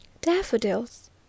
Daffodils